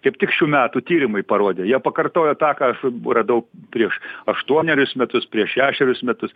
kaip tik šių metų tyrimai parodė jie pakartojo tą ką aš radau prieš aštuonerius metus prieš šešerius metus